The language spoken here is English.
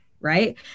right